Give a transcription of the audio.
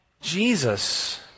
Jesus